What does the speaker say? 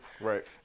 Right